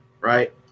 right